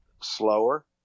slower